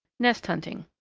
nest hunting.